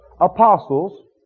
apostles